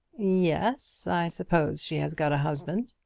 yes i suppose she has got a husband.